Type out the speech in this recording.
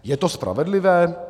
Je to spravedlivé?